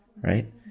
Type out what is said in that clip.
right